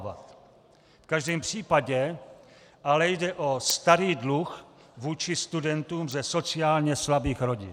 V každém případě ale jde o starý dluh vůči studentům ze sociálně slabých rodin.